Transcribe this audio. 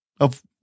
of-